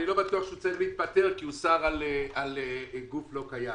אני לא בטוח שהוא צריך להתפטר כי הוא שר של גוף לא קיים.